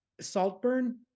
Saltburn